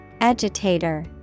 Agitator